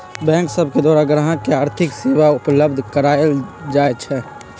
bank सब के द्वारा गाहक के आर्थिक सेवा उपलब्ध कराएल जाइ छइ